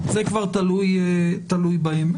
זה כבר תלוי בהם.